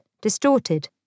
distorted